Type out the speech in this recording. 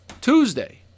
Tuesday